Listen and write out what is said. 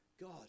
God